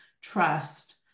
trust